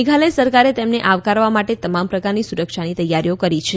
મેઘાલય સરકારે તેમને આવકારવા માટે તમામ પ્રકારની સુરક્ષાની તૈયારીઓ ે ણ કરી છે